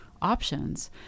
options